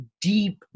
deep